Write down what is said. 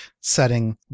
setting